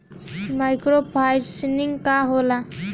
Micro financing का होला?